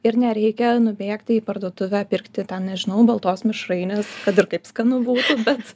ir nereikia nubėgti į parduotuvę pirkti ten nežinau baltos mišrainės kad ir kaip skanu būtų bet